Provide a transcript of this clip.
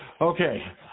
Okay